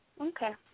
Okay